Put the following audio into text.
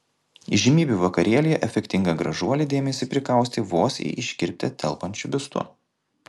įžymybių vakarėlyje efektinga gražuolė dėmesį prikaustė vos į iškirptę telpančiu biustu